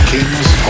Kings